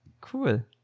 Cool